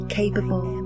capable